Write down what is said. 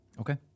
Okay